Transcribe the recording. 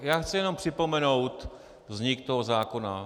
Já chci jenom připomenout vznik toho zákona.